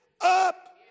up